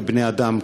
כבני-אדם,